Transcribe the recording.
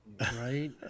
Right